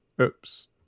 Oops